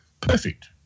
Perfect